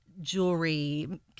jewelry